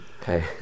Okay